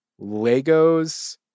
Legos